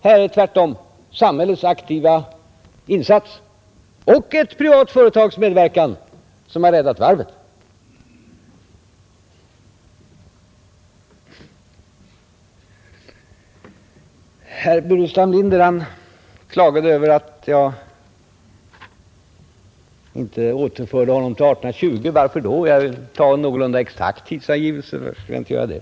Här är det tvärtom samhällets aktiva insats och ett privat företags medverkan som har räddat varvet. Herr Burenstam Linder klagade över att jag inte återförde honom till 1820. Jag ville ta en någorlunda exakt tidsangivelse — varför skulle jag inte göra det?